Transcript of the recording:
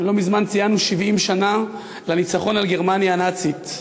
לא מזמן ציינו 70 שנה לניצחון על גרמניה הנאצית.